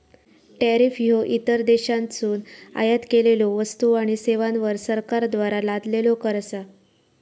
tariff ह्यो इतर देशांतसून आयात केलेल्यो वस्तू आणि सेवांवर सरकारद्वारा लादलेलो कर असा